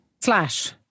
Slash